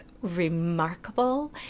remarkable